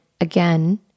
again